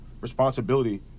responsibility